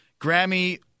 Grammy